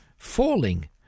Falling